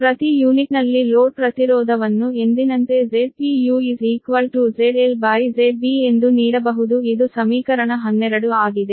ಪ್ರತಿ ಯೂನಿಟ್ನಲ್ಲಿ ಲೋಡ್ ಪ್ರತಿರೋಧವನ್ನು ಎಂದಿನಂತೆ Zpu ZLZB ಎಂದು ನೀಡಬಹುದು ಇದು ಸಮೀಕರಣ 12 ಆಗಿದೆ